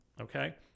okay